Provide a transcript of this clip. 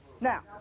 Now